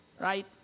Right